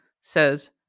says